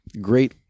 great